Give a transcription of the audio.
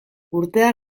urtea